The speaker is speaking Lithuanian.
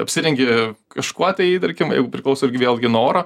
apsirengi kažkuo tai tarkim priklauso irgi vėlgi nuo oro